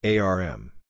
ARM